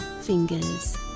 fingers